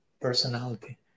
personality